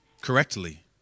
correctly